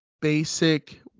basic